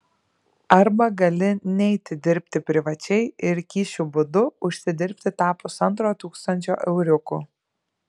arba gali neiti dirbti privačiai ir kyšių būdu užsidirbti tą pusantro tūkstančio euriukų